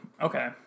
Okay